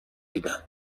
دیدم